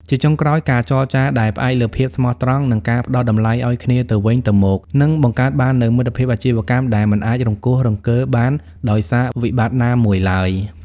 ជាចុងក្រោយ ការចរចាដែលផ្អែកលើភាពស្មោះត្រង់ និងការផ្ដល់តម្លៃឱ្យគ្នាទៅវិញទៅមក នឹងបង្កើតបាននូវមិត្តភាពអាជីវកម្មដែលមិនអាចរង្គោះរង្គើបានដោយសារវិបត្តិណាមួយឡើយ។